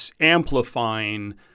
amplifying